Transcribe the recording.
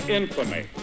infamy